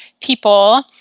people